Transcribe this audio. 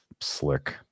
slick